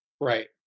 Right